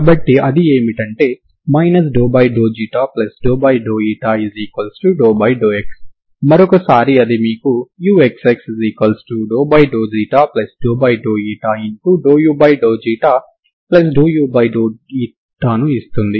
కాబట్టి అది ఏమిటంటే ∂x మరొకసారి అది మీకు uxx ∂u∂u ను ఇస్తుంది